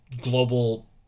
global